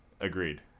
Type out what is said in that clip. Agreed